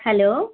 hello